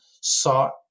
sought